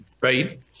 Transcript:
right